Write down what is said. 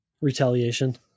Retaliation